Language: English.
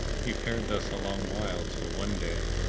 he fared thus a long while, till one day,